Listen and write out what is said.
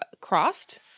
crossed